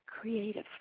creative